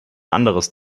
anderes